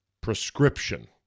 prescription